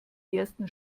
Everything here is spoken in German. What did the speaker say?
ersten